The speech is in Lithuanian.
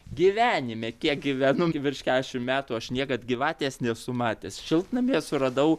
gyvenime kiek gyvenu virš keturiasdešim metų aš niekad gyvatės nesu matęs šiltnamyje suradau